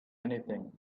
anything